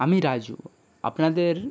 আমি রাজু আপনাদের